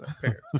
parents